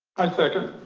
i second.